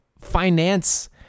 finance